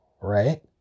right